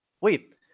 Wait